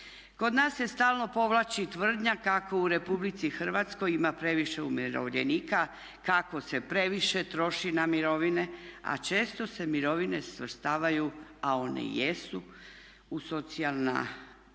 Kod nas se stalno povlači tvrdnja kako u Republici Hrvatskoj ima previše umirovljenika, kako se previše troši na mirovine, a često se mirovine svrstavaju, a one i jesu u socijalna davanja.